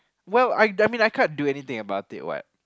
well I I mean I can't do anything about it what